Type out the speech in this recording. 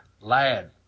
Lad